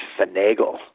finagle